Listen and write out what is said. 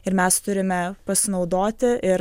ir mes turime pasinaudoti ir